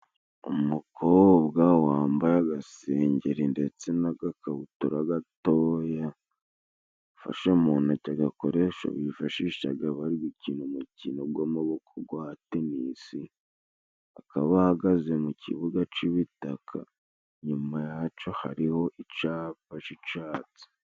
Umukobwa wambaye agasengeri ndetse n'agakabutura gatoya, ufasha mu ntoki agakoresho bifashishaga bari gukina umukino gw'amaboko gwa tenisi, akaba ahahagaze mu kibuga c'ibitaka, inyumaco hariho icapa c'icatsi.